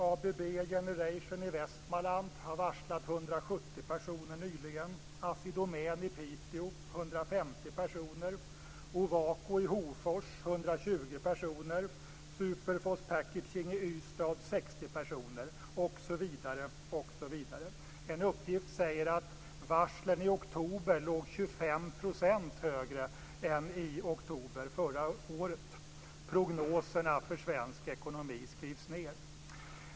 ABB Generation i Västmanland har varslat 170 personer nyligen, Assi Domän i Piteå 150 personer, Ovako i Hofors 120 personer, Superfos Packaging i Ystad 60 personer osv., osv. En uppgift säger att varslen i oktober låg 25 % högre än i oktober förra året. Prognoserna för svensk ekonomi skrivs ned.